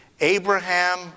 Abraham